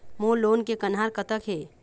मोर loan के कन्हार कतक हे?